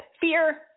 fear